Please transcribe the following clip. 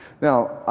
Now